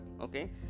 okay